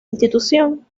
institución